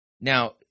Now